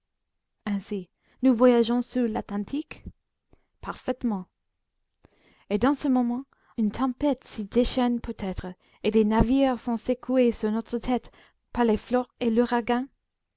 ainsi nous voyageons sous l'atlantique parfaitement et dans ce moment une tempête s'y déchaîne peut-être et des navires sont secoués sur notre tête par les flots et